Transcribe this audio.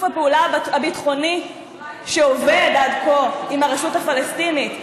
הפעולה הביטחוני שעובד עד כה עם הרשות הפלסטינית.